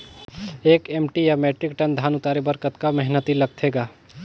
एक एम.टी या metric tonne धन उतारे बर कतका मेहनती लगथे ग?